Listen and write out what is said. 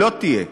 לא תהיה.